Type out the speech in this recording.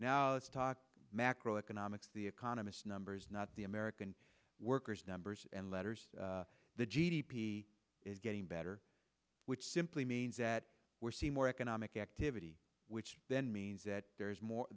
now let's talk macro economics the economist numbers not the american workers numbers and letters the g d p is getting better which simply means that we're seeing more economic activity which then means that there's more